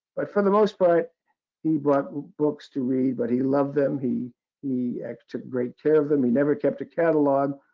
but for the most part he bought book to read. but he loved them, he he took great care of them. he never kept a catalog.